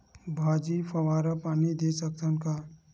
भाजी फवारा पानी दे सकथन का?